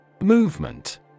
Movement